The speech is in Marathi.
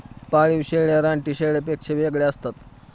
पाळीव शेळ्या रानटी शेळ्यांपेक्षा वेगळ्या असतात